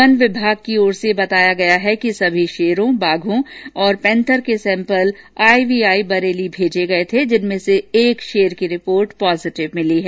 one विभाग की ओर से बताया गया है कि सभी शेरों बाघों तथा पेंथर के सैंपल आईवीआई बरेली भेजे गये थे जिनमें से एक शेर की रिपोर्ट पॉजिटिव मिली है